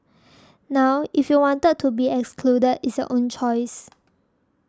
now if you want to be excluded it's your own choice